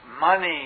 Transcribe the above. money